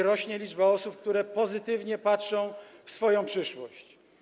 Rośnie liczba osób, które pozytywnie patrzą w swoją przyszłość.